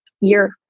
year